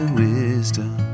wisdom